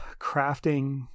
Crafting